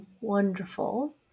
wonderful